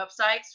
websites